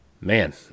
man